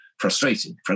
frustrating